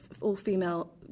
all-female